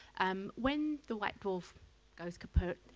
um when the white dwarf goes kaput,